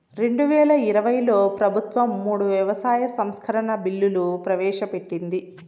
రెండువేల ఇరవైలో ప్రభుత్వం మూడు వ్యవసాయ సంస్కరణల బిల్లులు ప్రవేశపెట్టింది